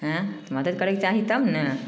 एँ मदद करैके चाही तब ने